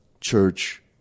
church